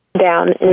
down